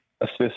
assist